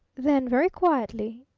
then, very quietly,